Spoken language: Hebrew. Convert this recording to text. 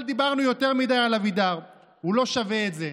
אבל דיברנו יותר מדי על אבידר, הוא לא שווה את זה.